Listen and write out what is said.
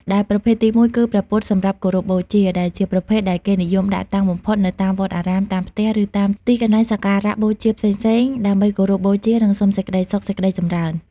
ដែលប្រភេទទីមួយគឺ ព្រះពុទ្ធសម្រាប់គោរពបូជា ដែលជាប្រភេទដែលគេនិយមដាក់តាំងបំផុតនៅតាមវត្តអារាម តាមផ្ទះ ឬតាមទីកន្លែងសក្ការៈបូជាផ្សេងៗ ដើម្បីគោរពបូជា និងសុំសេចក្តីសុខសេចក្តីចម្រើន។